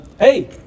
Hey